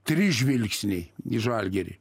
trys žvilgsniai į žalgirį